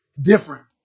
different